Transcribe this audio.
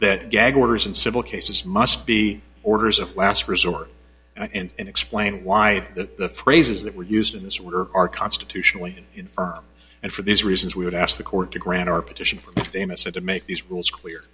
that gag orders in civil cases must be orders of last resort and explain why the phrases that were used in this order are constitutionally infirm and for these reasons we would ask the court to grant our petition for a message to make these rules clear